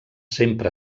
sempre